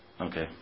okay